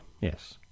yes